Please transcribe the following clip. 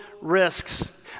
risks